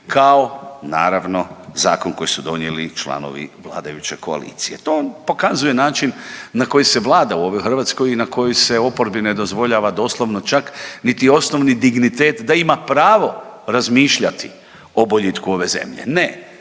kao naravno zakon koji su donijeli članovi vladajuće koalicije. To vam pokazuje način na koji se vlada u ovoj Hrvatskoj i na kojoj se oporbi ne dozvoljava doslovno čak niti osnovni dignitet da ima pravo razmišljati o boljitku ove zemlje. Ne,